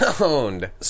Owned